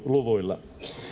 luvuilla